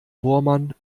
bohrmann